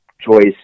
choice